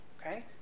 Okay